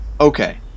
Okay